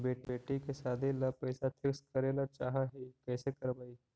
बेटि के सादी ल पैसा फिक्स करे ल चाह ही कैसे करबइ?